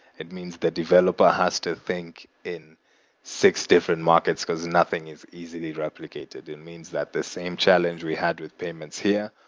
it means the developer has to think in six different markets, because nothing is easily replicated. it means that the same challenge we had with payments here,